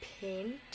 Paint